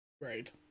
right